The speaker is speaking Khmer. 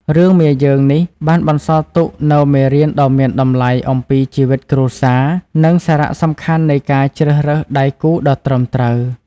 រឿង មាយើង នេះបានបន្សល់ទុកនូវមេរៀនដ៏មានតម្លៃអំពីជីវិតគ្រួសារ និងសារៈសំខាន់នៃការជ្រើសរើសដៃគូដ៏ត្រឹមត្រូវ។